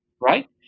Right